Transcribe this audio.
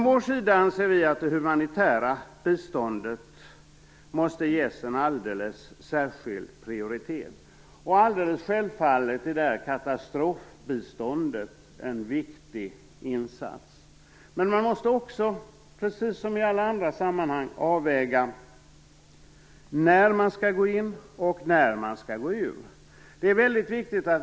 Vi anser att det humanitära biståndet måste ges särskild prioritet, och självfallet är katastrofbiståndet viktigt. Men precis som i alla andra sammanhang måste man också avväga när man skall gå in och när man skall gå ur.